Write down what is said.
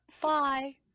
Bye